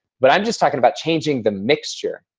but i'm just talking about changing the mixture,